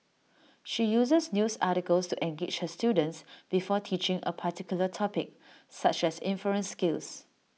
she uses news articles to engage her students before teaching A particular topic such as inference skills